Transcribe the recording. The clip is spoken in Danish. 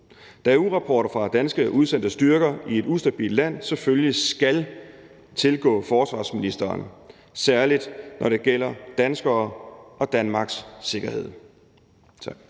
da ugerapporter fra danske udsendte styrker i et ustabilt land selvfølgelig skal tilgå forsvarsministeren, særlig når det gælder danskere og Danmarks sikkerhed.